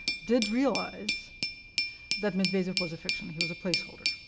did realize that medvedev was a fiction he was a placeholder.